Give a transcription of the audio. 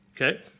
Okay